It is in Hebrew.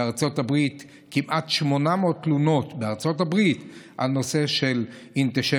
בארצות הברית יש כמעט 800 תלונות בנושא אנטישמיות.